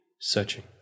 searching